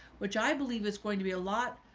which i believe is going to be a lot.